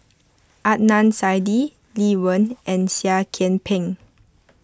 Adnan Saidi Lee Wen and Seah Kian Peng